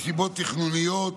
מסיבות תכנוניות,